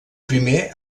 primer